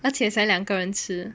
而且才两个人吃